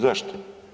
Zašto?